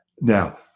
Now